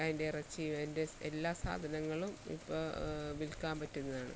അതിൻ്റെ ഇറച്ചീം അതിൻ്റെ എല്ലാ സാധനങ്ങളും ഇപ്പം വിൽക്കാൻ പറ്റുന്നതാണ്